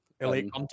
Elite